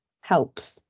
helps